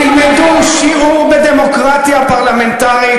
תלמדו שיעור בדמוקרטיה פרלמנטרית